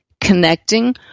connecting